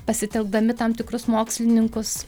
pasitelkdami tam tikrus mokslininkus